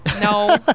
No